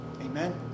Amen